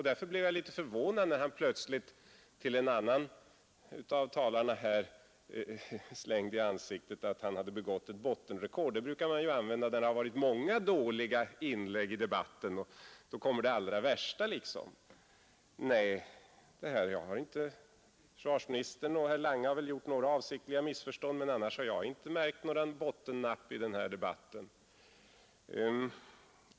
Därför blev jag litet förvånad då han plötsligt slängde i ansiktet på en av talarna att han nått ett bottenrekord. Det uttrycket brukar man använda, då det varit många dåliga inlägg i debatten, om det allra värsta. Försvarsministern och herr Lange har visserligen haft några avsiktliga missförstånd, men jag har inte märkt några andra bottennapp i denna debatt.